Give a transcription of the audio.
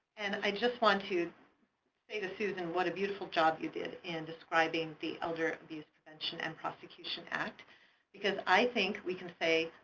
and i just want to say to susan, what a beautiful job you did in describing the elder abuse prevention and prosecution act because i think we can say,